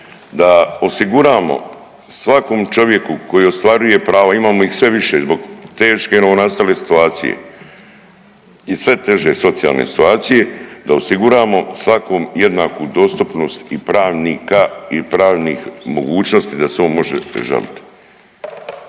da osiguramo svakom čovjeku koji ostvaruje prava, imamo ih sve više zbog teške novonastale situacije i sve teže socijalne situacije da osiguramo svakom jednaku dostupnost i pravnika i pravnih mogućnosti da se on može žaliti.